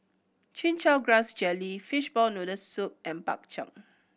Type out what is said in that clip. Chin Chow Grass Jelly fishball noodle soup and Bak Chang